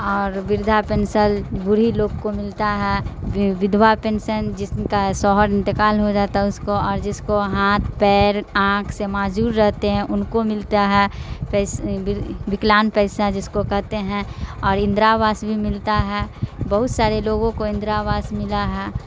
اور وردھا پینسل بوڑھی لوگ کو ملتا ہے ودھوا پینسن جس کا شوہر انتقال ہو جاتا ہے اس کو اور جس کو ہاتھ پیر آنکھ سے معزور رہتے ہیں ان کو ملتا ہے پیس وکلانگ پیسہ جس کو کہتے ہیں اور اندرا آواس بھی ملتا ہے بہت سارے لوگوں کو اندرا آواس ملا ہے